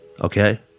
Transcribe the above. okay